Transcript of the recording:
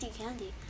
candy